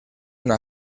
una